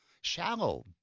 shallow